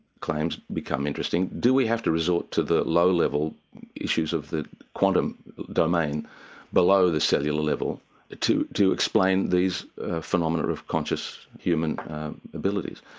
claims become interesting. do we have to resort to the low level issues of the quantum domain below the cellular level to to explain these phenomena of conscious human abilities?